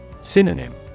Synonym